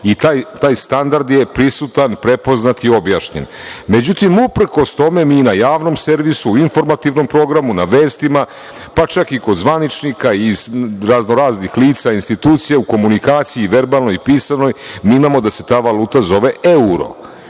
i taj standard je priznat, prepoznat i objašnjen.Međutim, uprkos tome, mi na javnom servisu, informativnom programu, na vestima, pa čak i kod zvaničnika, razno raznih lica, institucija u komunikaciji i verbalnoj i pisanoj, mi imamo da se ta valuta zove euro. Hoću